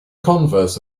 converse